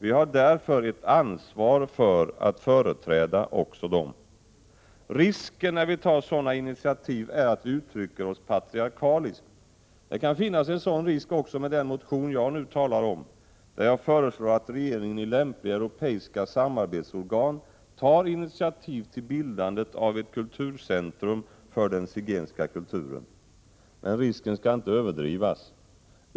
Vi har därför ett ansvar för att företräda också dem. Risken när vi tar sådana initiativ är att vi uttrycker oss patriarkaliskt. Det kan finnas en sådan risk också med den motion jag nu talar om, där jag föreslår att regeringen i lämpliga europeiska samarbetsorgan tar initiativ till bildandet av ett kulturcentrum för den zigenska kulturen. Men risken skall inte överdrivas.